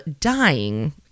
dying